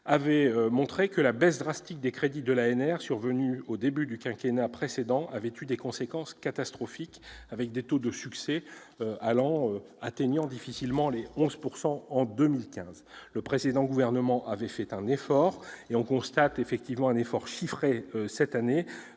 avait montré que la baisse drastique des crédits de l'ANR survenue au début du quinquennat précédent avait eu des conséquences catastrophiques, avec un taux de succès atteignant difficilement 11 % en 2015. Le précédent gouvernement avait fait un effort. On constate, cette année, un effort chiffré qui ne